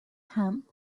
hemp